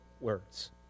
words